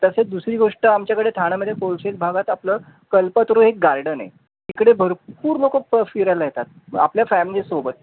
तसेच दुसरी गोष्ट आमच्याकडे ठाण्यामध्ये कोलशेत भागात आपलं कल्पतरू एक गार्डन आहे तिकडे भरपूर लोकं प फिरायला येतात आपल्या फॅमिलीसोबत